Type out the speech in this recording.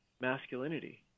masculinity